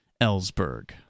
Ellsberg